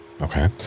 Okay